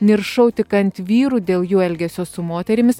niršau tik ant vyrų dėl jų elgesio su moterimis